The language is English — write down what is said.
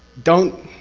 don't